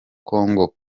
congo